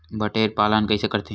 बटेर पालन कइसे करथे?